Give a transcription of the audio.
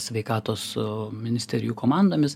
sveikatos ministerijų komandomis